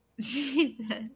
Jesus